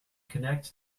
connect